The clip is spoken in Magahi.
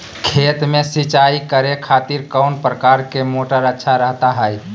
खेत में सिंचाई करे खातिर कौन प्रकार के मोटर अच्छा रहता हय?